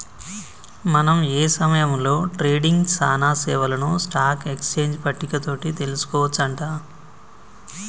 మనం ఏ సమయంలో ట్రేడింగ్ సానా సేవలను స్టాక్ ఎక్స్చేంజ్ పట్టిక తోటి తెలుసుకోవచ్చు అంట